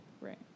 right